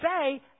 say